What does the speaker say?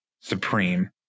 Supreme